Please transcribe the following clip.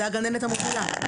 זאת הגננת המובילה.